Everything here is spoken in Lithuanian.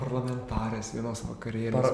parlamentarės vienos vakarėlis